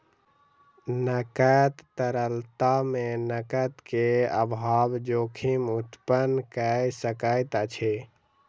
नकद तरलता मे नकद के अभाव जोखिम उत्पन्न कय सकैत अछि